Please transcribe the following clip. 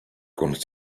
con